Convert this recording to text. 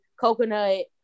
Coconut